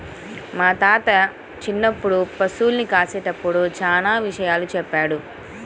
మా తాత చిన్నప్పుడు పశుల్ని కాసేటప్పుడు చానా విషయాలు చెప్పాడు